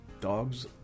Dogs